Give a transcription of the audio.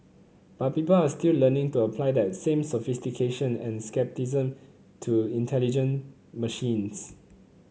but people are still learning to apply that same sophistication and scepticism to intelligent machines